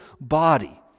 body